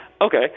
Okay